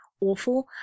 awful